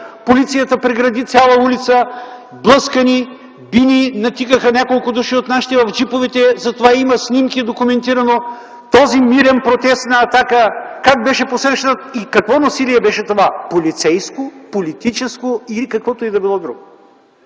полицията прегради цяла улица, блъска ни, би ни. Натикаха няколко души от нашите в джиповете – за това има снимки и е документирано. Този мирен протест на „Атака” как беше посрещнат и какво насилие беше това – полицейско, политическо или каквото и да било друго?